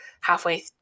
halfway